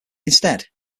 instead